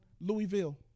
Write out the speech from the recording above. Louisville